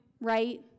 Right